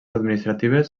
administratives